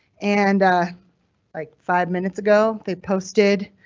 and like five minutes ago they posted.